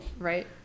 Right